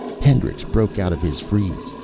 hendricks broke out of his freeze.